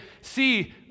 See